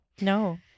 No